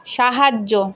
সাহায্য